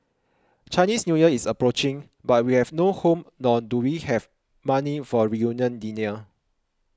Chinese New Year is approaching but we have no home nor do we have money for a reunion dinner